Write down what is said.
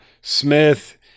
Smith